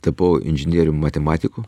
tapau inžinierium matematiku